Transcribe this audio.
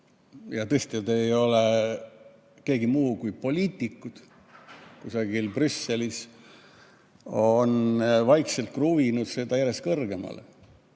ja tõstjad ei ole keegi muu kui poliitikud kusagil Brüsselis – on vaikselt kruvinud [hinda] järjest kõrgemale.